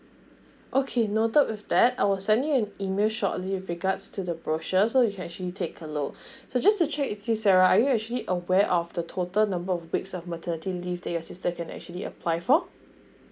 okay noted with that I will send you an email shortly with regards to the brochure so you can actually take a look so just to check if you sarah are you actually aware of the total number of weeks of maternity leave that your sister can actually apply for